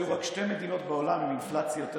היו רק שתי מדינות בעולם עם אינפלציה יותר